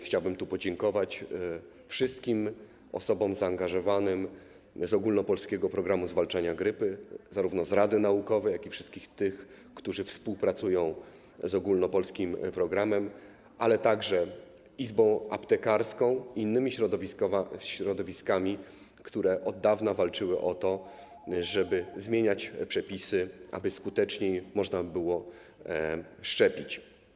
Chciałbym podziękować wszystkim osobom zaangażowanym w Ogólnopolski Program Zwalczania Grypy, zarówno z rady naukowej, jak i wszystkim tym, którzy współpracują z ogólnopolskim programem, ale także Izbą Aptekarską i innymi środowiskami, które od dawna walczyły o to, żeby zmieniać przepisy, tak aby skuteczniej można było szczepić.